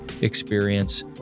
experience